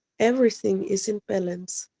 everything is in balance.